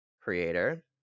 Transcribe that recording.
Creator